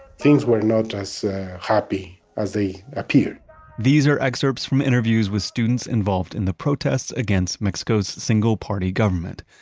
things were not as happy as they appeared these are excerpts from interviews with students involved in the protests against mexico's single party government,